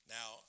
Now